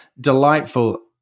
delightful